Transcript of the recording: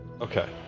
Okay